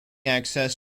access